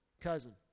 cousin